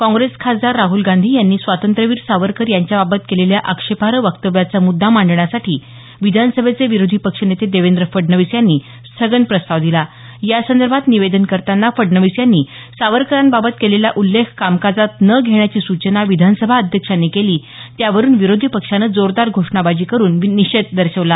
काँप्रेस खासदार राहल गांधी यांनी स्वातंत्र्यवीर सावरकर यांच्याबाबत केलेल्या आक्षेपार्ह वक्तव्याचा मृद्दा मांडण्यासाठी विधानसभेचे विरोधी पक्षनेते देवेंद्र फडणवीस यांनी स्थगन प्रस्ताव दिला यासंदर्भात निवेदन करताना फडणवीस यांनी सावरकरांबाबत केलेला उल्लेख कामकाजात न घेण्याची सूचना विधानसभा अध्यक्षांनी केली त्यावरून विरोधी पक्षानं जोरदार घोषणाबाजी करून निषेध दर्शवला